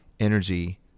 Energy